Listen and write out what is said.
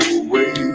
away